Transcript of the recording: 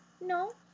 No